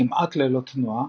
כמעט ללא תנועה,